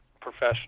professional